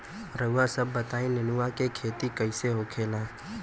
रउआ सभ बताई नेनुआ क खेती कईसे होखेला?